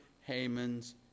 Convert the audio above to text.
Haman's